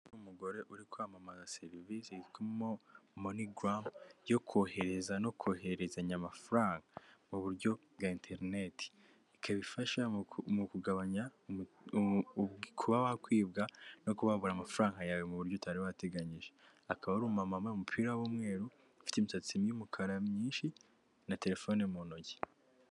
Ni umugore uri kwamamaza serivise mo monigamu yo kohereza no kohererezanya amafaranga mu buryo bwa interineti, ikaba ifasha mu kugabanya kuba wakwibwa no kubabura amafaranga yawe mu buryo utari wateganyije akaba ari umuma wambaye umupira w'umweru ufite imisatsi y'umukara myinshi na telefone mu ntoki.